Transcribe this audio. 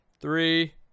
three